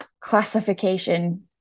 classification